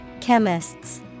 Chemists